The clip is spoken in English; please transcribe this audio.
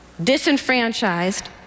disenfranchised